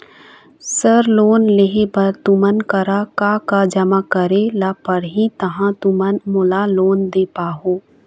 Sir loan लेहे बर तुमन करा का का जमा करें ला पड़ही तहाँ तुमन मोला लोन दे पाहुं?